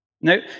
No